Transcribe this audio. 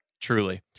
Truly